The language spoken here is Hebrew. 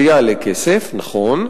זה יעלה כסף, נכון,